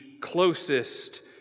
closest